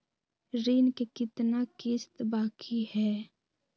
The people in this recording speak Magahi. ऋण के कितना किस्त बाकी है?